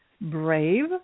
brave